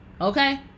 okay